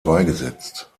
beigesetzt